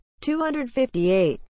258